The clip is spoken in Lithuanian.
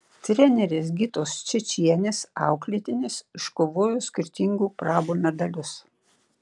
trenerės gitos čečienės auklėtinės iškovojo skirtingų prabų medalius